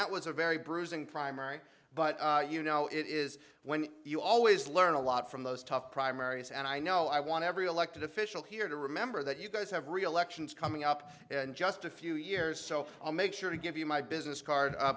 that was a very bruising primary but you know it is when you always learn a lot from those tough primaries and i know i want every elected official here to remember that you guys have reelections coming up in just a few years so i'll make sure to give you my business card